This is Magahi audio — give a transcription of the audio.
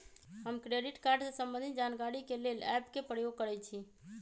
हम क्रेडिट कार्ड से संबंधित जानकारी के लेल एप के प्रयोग करइछि